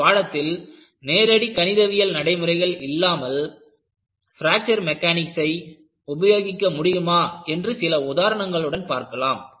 இந்த பாடத்தில் நேரடி கணிதவியல் நடைமுறைகள் இல்லாமல் பிராக்சர் மெக்கானிக்ஸை உபயோகிக்க முடியுமா என்று சில உதாரணங்களுடன் பார்க்கலாம்